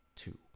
two